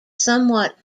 somewhat